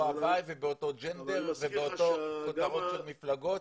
הווי ובאותו ג'נדר ובאותן כותרות של מפלגות?